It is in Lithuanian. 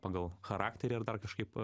pagal charakterį ar dar kažkaip